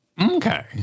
Okay